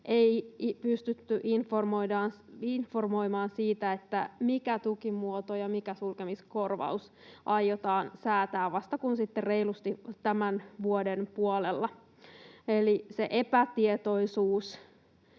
ei pystytty informoimaan siitä, mikä tukimuoto ja mikä sulkemiskorvaus aiotaan säätää, vasta kuin sitten reilusti tämän vuoden puolella. Eli epätietoisuus